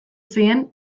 zien